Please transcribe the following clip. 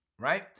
right